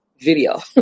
video